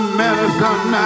medicine